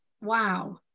wow